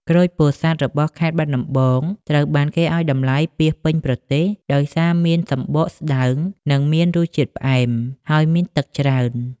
ក្រូចពោធិ៍សាត់របស់ខេត្តបាត់ដំបង ត្រូវបានគេឱ្យតម្លៃពាសពេញប្រទេស ដោយសារមានសំបកស្តើង និងមានរសជាតិផ្អែម ហើយមានទឹកច្រើន។